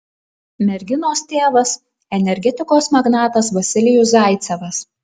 merginos tėvas energetikos magnatas vasilijus zaicevas